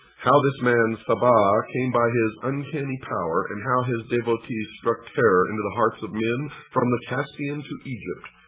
how this man sabah came by his uncanny power, and how his devotees struck terror into the hearts of men from the caspian to egypt,